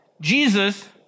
Jesus